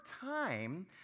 time